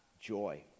joy